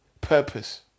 purpose